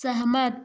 सहमत